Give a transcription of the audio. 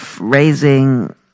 raising